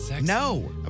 No